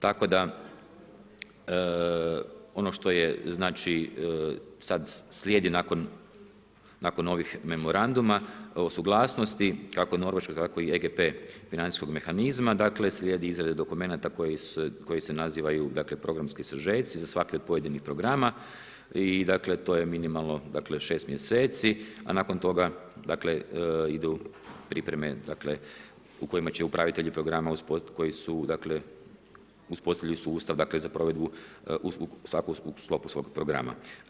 Tako da ono što je znači sad slijedi nakon ovih memoranduma, suglasnosti, kako norveškoj tako i EGP financijskog mehanizma, dakle slijedi izrada dokumenata koji se nazivaju programski sažeci za svaki od pojedinih programa i dakle, to je minimalno 6 mjeseci, a nakon toga idu pripreme u kojima će upravitelji programa, koji su dakle uspostavljaju sustav za provedbu svatko u sklopu svog programa.